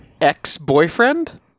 ex-boyfriend